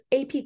AP